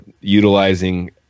utilizing